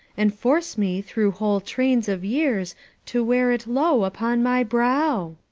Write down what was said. and force me through whole trains of years to wear it low upon my brow!